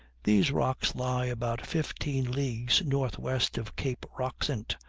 these rocks lie about fifteen leagues northwest of cape roxent,